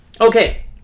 Okay